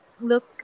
look